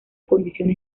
condiciones